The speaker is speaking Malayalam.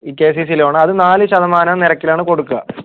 ഈ കെസിസി ലോണാ അത് നാല് ശതമാനം നിരക്കിലാണ് കൊടുക്കുക